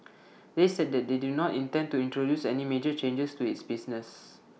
they said that they do not intend to introduce any major changes to its business